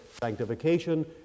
sanctification